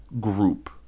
group